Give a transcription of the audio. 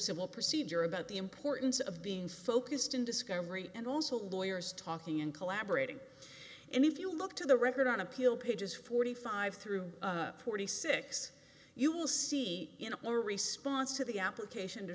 civil procedure about the importance of being focused in discovery and also lawyers talking and collaborating and if you look to the record on appeal pages forty five through forty six you will see in your response to the application to